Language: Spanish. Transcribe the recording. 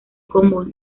común